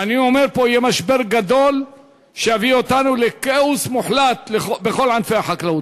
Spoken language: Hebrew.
אני אומר פה: יהיה משבר גדול שיביא אותנו לכאוס מוחלט בכל ענפי החקלאות.